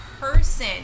person